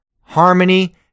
harmony